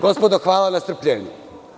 Gospodo, hvala na strpljenju.